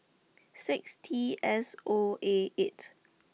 six T S O A eight